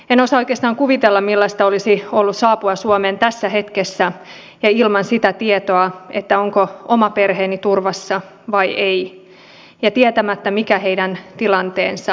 en osaa oikeastaan kuvitella millaista olisi ollut saapua suomeen tässä hetkessä ja ilman sitä tietoa onko oma perheeni turvassa vai ei tietämättä mikä heidän tilanteensa on